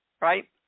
Right